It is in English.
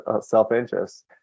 self-interest